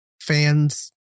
fans